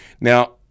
Now